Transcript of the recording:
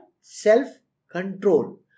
Self-control